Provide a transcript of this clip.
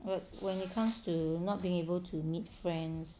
but when it comes to not being able to meet friends